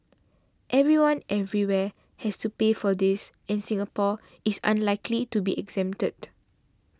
everyone everywhere has to pay for this and Singapore is unlikely to be exempted